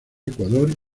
ecuador